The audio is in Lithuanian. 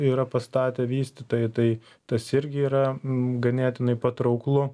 yra pastatę vystytojai tai tas irgi yra ganėtinai patrauklu